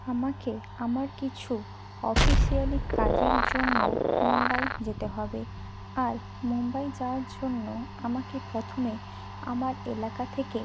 আমাকে আমার কিছু অফিশিয়ালি কাজের জন্য মুম্বাই যেতে হবে আর মুম্বাই যাওয়ার জন্য আমাকে প্রথমে আমার এলাকা থেকে